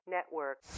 Network